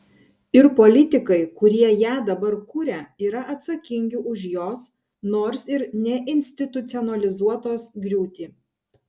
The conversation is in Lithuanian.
ir politikai kurie ją dabar kuria yra atsakingi už jos nors ir neinstitucionalizuotos griūtį